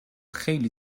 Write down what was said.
خیلی